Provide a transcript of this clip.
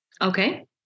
okay